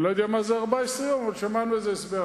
אני לא יודע מה זה ה-14 יום, אבל שמענו איזה הסבר.